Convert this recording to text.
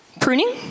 Pruning